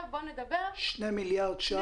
שני מיליארד שקל?